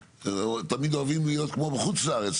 תמיד אוהבים להיות כמו בחוץ לארץ,